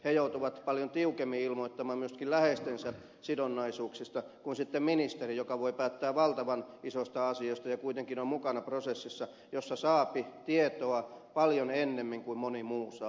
he joutuvat paljon tiukemmin ilmoittamaan myöskin läheistensä sidonnaisuuksista kuin sitten ministeri joka voi päättää valtavan isoista asioista ja kuitenkin on mukana prosessissa jossa saapi tietoa paljon ennemmin kuin moni muu saa